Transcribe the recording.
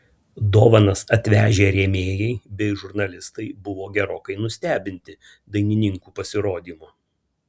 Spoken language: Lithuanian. dovanas atvežę rėmėjai bei žurnalistai buvo gerokai nustebinti dainininkų pasirodymu